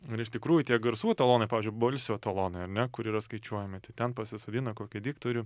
ir iš tikrųjų tie garsų etalonai pavyzdžiui balsių etalonai ar ne kur yra skaičiuojami tai ten pasisodina kokį diktorių